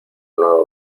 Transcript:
nuevo